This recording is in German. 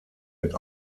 mit